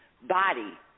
body